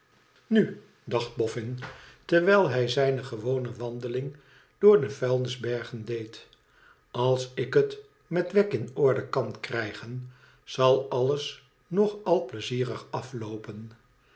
na dacht boffin terwijl hij zijne gewone wandeling door de vuilnisbergen deed als ik het met wegg in orde kan krijgen zal alles nog al pleizierig afloopen